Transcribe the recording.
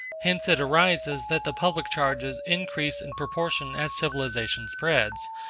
hence it arises that the public charges increase in proportion as civilization spreads,